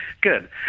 Good